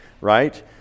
right